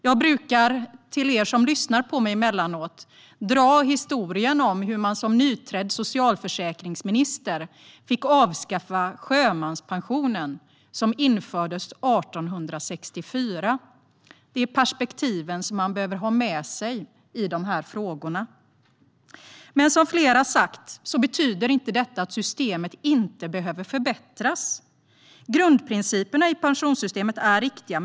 Jag brukar för er som lyssnar på mig emellanåt dra historien om hur jag som nytillträdd socialförsäkringsminister fick avskaffa sjömanspensionen som infördes 1864. Det är perspektiven som man behöver ha med sig i dessa frågor. Som flera har sagt betyder inte detta att systemet inte behöver förbättras. Grundprinciperna i pensionssystemet är riktiga.